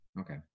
Okay